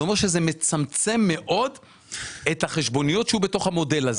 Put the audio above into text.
זה אומר שזה מצמצם מאוד את החשבוניות שיהיו בתוך המודל הזה.